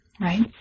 Right